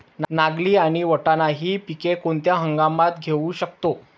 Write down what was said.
नागली आणि वाटाणा हि पिके कोणत्या हंगामात घेऊ शकतो?